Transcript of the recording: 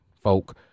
folk